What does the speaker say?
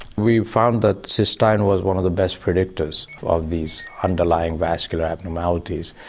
we found that cystine was one of the best predictors of these underlying vascular abnormalities.